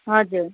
हजुर